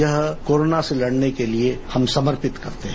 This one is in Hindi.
यह कोरोना से लड़ने के लिए हम समर्पित करते हैं